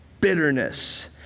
bitterness